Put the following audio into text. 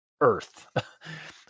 earth